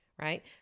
right